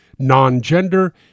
non-gender